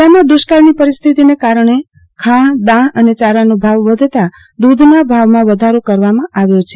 જીલ્લામાં દુકાળની પરિસ્થિતિને કારણે ખાણ દાણ અને ચરણો ભાવ વધતા દુધના ભાવમાં વધારો કરવામાં આવ્યો છે